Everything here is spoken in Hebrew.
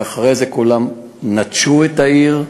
ואחרי זה כולם נטשו את העיר,